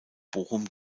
bochum